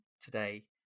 today